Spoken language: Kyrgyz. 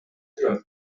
жүрөм